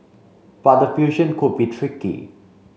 but the fusion could be tricky